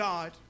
God